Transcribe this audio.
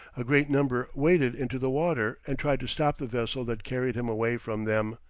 a great number waded into the water, and tried to stop the vessel that carried him away from them,